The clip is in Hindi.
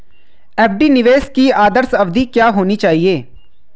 एफ.डी निवेश की आदर्श अवधि क्या होनी चाहिए?